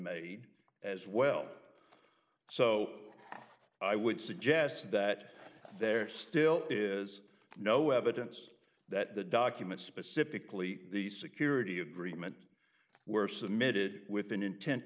made as well so i would suggest that there still is no evidence that the documents specifically the security agreement were submitted with an inten